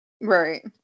Right